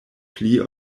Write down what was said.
pli